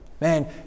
Man